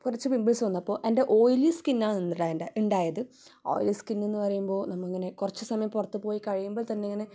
കുറച്ച് പിമ്പിൽസ് വന്നു അപ്പോൾ എൻ്റെ ഓയിലി സ്കിന്നാണല്ലോ ഉണ്ടായത് ഓയിലി സ്കിന്നെന്നു പറയുമ്പോൾ നമ്മളിങ്ങനെ കുറച്ച് സമയം പുറത്ത് പോയി കഴിയുമ്പം തന്നെ ഇങ്ങനെ